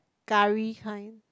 curry kind